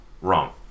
Wrong